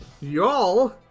Y'all